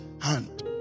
hand